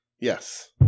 Yes